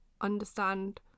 understand